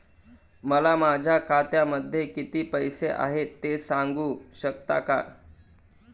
मला माझ्या खात्यामध्ये किती पैसे आहेत ते सांगू शकता का?